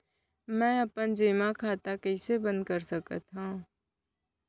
मै अपन जेमा खाता कइसे बन्द कर सकत हओं?